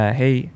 hey